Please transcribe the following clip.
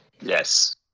Yes